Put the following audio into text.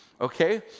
Okay